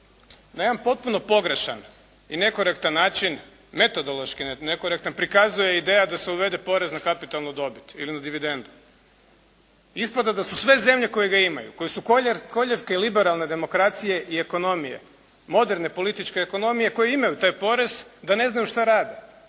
na jedan potpuno pogrešan i nekorektan način metodološki, netko neka nam prikazuje, ideja da se uvede porez na kapitalnu dobit ili na dividendu. Ispada da su sve zemlje koje ga imaju, koje su kolijevke liberalne demokracije i ekonomije, moderne političke ekonomije koje imaju taj porez da ne znaju što rade,